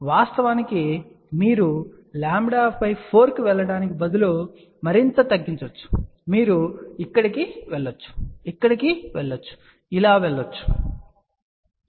వాస్తవానికి మీరు λ4 కి వెళ్ళడానికి బదులుగా మరింత తగ్గించవచ్చు మీరు ఇక్కడకు వెళ్ళవచ్చు ఇక్కడకు వెళ్ళవచ్చు ఇలా వెళ్ళండి